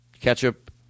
ketchup